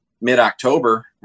mid-October